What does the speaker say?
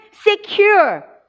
secure